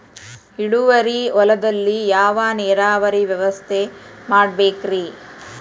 ಇಳುವಾರಿ ಹೊಲದಲ್ಲಿ ಯಾವ ನೇರಾವರಿ ವ್ಯವಸ್ಥೆ ಮಾಡಬೇಕ್ ರೇ?